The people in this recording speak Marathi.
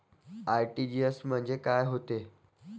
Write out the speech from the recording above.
आर.टी.जी.एस म्हंजे काय होते?